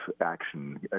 action